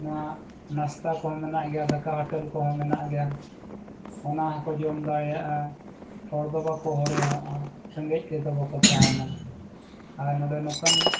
ᱱᱚᱣᱟ ᱱᱟᱥᱛᱟ ᱠᱚᱦᱚᱸ ᱢᱮᱱᱟᱜ ᱜᱮᱭᱟ ᱫᱟᱠᱟ ᱦᱳᱴᱮᱞ ᱠᱚᱦᱚᱸ ᱢᱮᱱᱟᱜ ᱜᱮᱭᱟ ᱚᱱᱟ ᱦᱚᱸᱠᱚ ᱡᱚᱢ ᱫᱟᱲᱮᱭᱟᱜᱼᱟ ᱦᱚᱲ ᱫᱚ ᱵᱟᱠᱚ ᱦᱟᱭᱨᱟᱱᱚᱜᱼᱟ ᱨᱮᱸᱜᱮᱡ ᱛᱮᱫᱚ ᱵᱟᱠᱚ ᱛᱟᱦᱮᱱᱟ ᱟᱨ ᱱᱚᱰᱮ ᱱᱚᱝᱠᱟᱱ